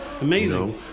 Amazing